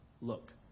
look